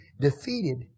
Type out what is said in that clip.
defeated